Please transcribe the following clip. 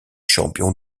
champion